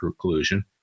collusion